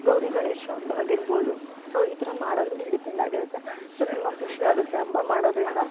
ಗೌರಿಗಣೇಶ ಹಬ್ಬ ಆಗಿರ್ಬೌದು ಸೊ ಈ ಥರ ಮಾಡೋದ್ರಮೇಲ್ ಡಿಪೆಂಡ್ ಆಗಿರುತ್ತೆ ಸೊ ತುಂಬ ಖುಷಿ ಆಗುತ್ತೆ ಹಬ್ಬ ಮಾಡೋದ್ರಿಂದ